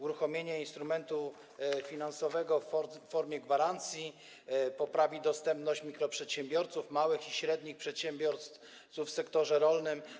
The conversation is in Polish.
Uruchomienie instrumentu finansowego w formie gwarancji poprawi dostępność dla mikroprzedsiębiorców, małych i średnich przedsiębiorców w sektorze rolnym.